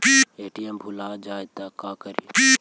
ATM भुला जाये त का करि?